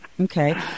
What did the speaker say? Okay